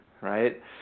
right